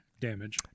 Damage